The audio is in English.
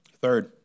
Third